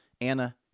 Anna